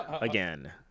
again